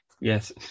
Yes